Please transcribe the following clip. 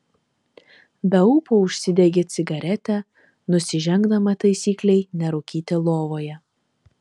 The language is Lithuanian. be ūpo užsidegė cigaretę nusižengdama taisyklei nerūkyti lovoje